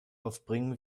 aufbringen